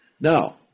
Now